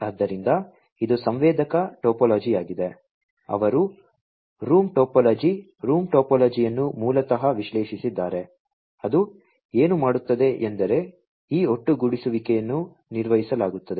ಆದ್ದರಿಂದ ಇದು ಸಂವೇದಕ ಟೋಪೋಲಜಿಯಾಗಿದೆ ಅವರು ರೂಮ್ ಟೋಪೋಲಜಿ ರೂಮ್ ಟೋಪೋಲಜಿಯನ್ನು ಮೂಲತಃ ವಿಶ್ಲೇಷಿಸಿದ್ದಾರೆ ಅದು ಏನು ಮಾಡುತ್ತದೆ ಎಂದರೆ ಈ ಒಟ್ಟುಗೂಡಿಸುವಿಕೆಯನ್ನು ನಿರ್ವಹಿಸಲಾಗುತ್ತದೆ